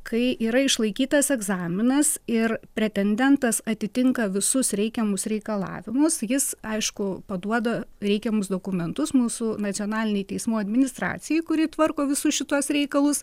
kai yra išlaikytas egzaminas ir pretendentas atitinka visus reikiamus reikalavimus jis aišku paduoda reikiamus dokumentus mūsų nacionalinei teismų administracijai kuri tvarko visus šituos reikalus